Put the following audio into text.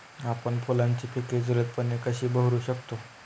आपण फुलांची पिके जलदपणे कधी बहरू शकतो?